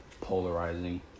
polarizing